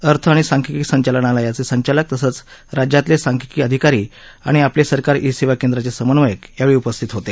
अर्थ आणि सांख्यिकी संचालनालयाचे संचालक तसंच राज्यातले सांख्यिकी अधिकारी आणि आपले सरकार ई सेवा केंद्राचे समन्वयक यावेळी उपस्थित होते